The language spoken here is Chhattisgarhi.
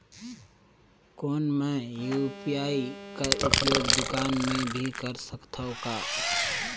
कौन मै यू.पी.आई कर उपयोग दुकान मे भी कर सकथव का?